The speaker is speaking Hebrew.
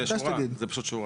זה שורה.